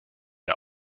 der